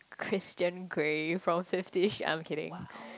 Christian-Grey from fifty I'm kidding